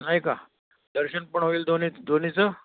नाही का दर्शन पण होईल दोन्ही दोन्हींचं